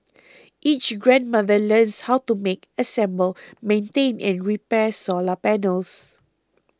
each grandmother learns how to make assemble maintain and repair solar panels